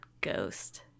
ghost